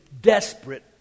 desperate